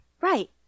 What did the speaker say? right